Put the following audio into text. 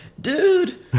dude